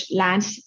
lands